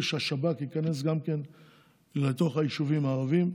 שהשב"כ ייכנס גם כן לתוך היישובים הערביים,